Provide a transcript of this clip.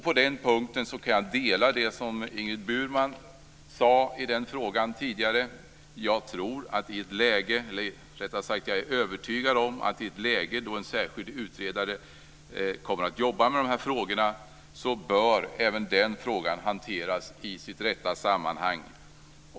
På den punkten kan jag instämma i det som Ingrid Burman sade tidigare: Jag är övertygad om att i ett läge då en särskild utredare kommer att jobba med de här frågorna bör även denna fråga hanteras i sitt rätta sammanhang.